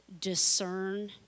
discern